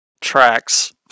tracks